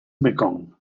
mekong